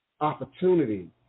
opportunity